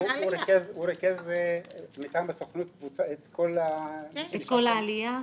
הוא ריכז מטעם הסוכנות את כל ה --- את כל העלייה?